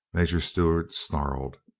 major stewart snarled.